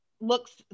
looks